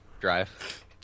Drive